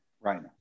Right